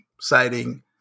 citing